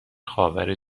خاور